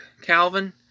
Calvin